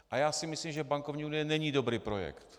A já si myslím, že bankovní unie není dobrý projekt.